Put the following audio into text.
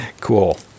Cool